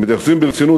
הם מתייחסים ברצינות,